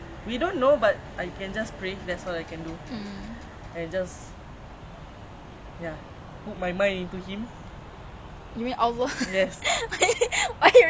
but he his child is what he believes what you can handle yeah cute ah you you thought like your friend like that